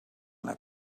like